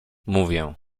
mówię